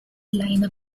lineup